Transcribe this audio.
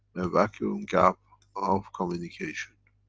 the vacuum gap of communication